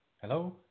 Hello